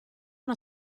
una